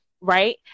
right